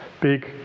big